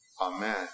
Amen